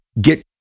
get